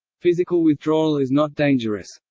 physical withdrawal is not dangerous.